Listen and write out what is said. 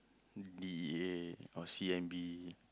D_E_A or C_I_M_B